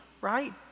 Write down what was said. right